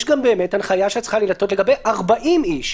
צריכה להינתן הנחיה גם לגבי 40 אנשים,